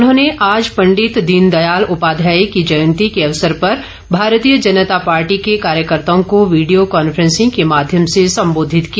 उन्होंने आज पंडित दीनदयाल उपाध्याय की जयंती के अवसर पर भारतीय जनता पार्टी के कार्यकर्ताओं को वीडियो कांफेंसिंग के माध्यम से संबोधित किया